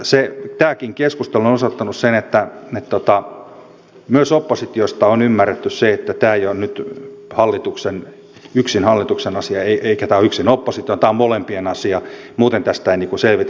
tämäkin keskustelu on osoittanut sen että myös oppositiosta on ymmärretty se että tämä ei ole nyt yksin hallituksen asia eikä tämä ole yksin opposition tämä on molempien asia muuten tästä ei selvitä